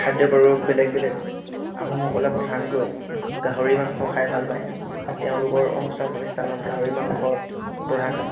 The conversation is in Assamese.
খাদ্য পাৰো বেলেগ বেলেগ আহোমসকলে প্ৰধানকৈ গাহৰি মাংস খাই ভাল পায় তেওঁলোকৰ অনুষ্ঠান প্ৰতিষ্ঠানত গাহৰি মাংস প্ৰধান